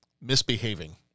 misbehaving